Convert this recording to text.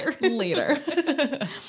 later